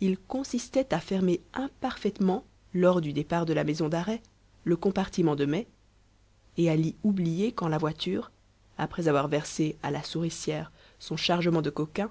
il consistait à fermer imparfaitement lors du départ de la maison d'arrêt le compartiment de mai et à l'y oublier quand la voiture après avoir versé à la souricière son chargement de coquins